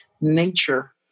nature